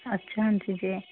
ਅੱਛਾ ਆਂਟੀ ਜੀ